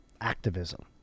activism